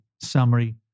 summary